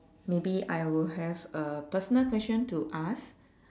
maybe I will have a personal question to ask